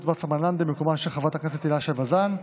וסרמן לנדה במקומה של חברת הכנסת הילה שי וזאן,